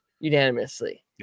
unanimously